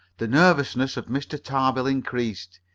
the nervousness of mr. tarbill increased.